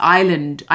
island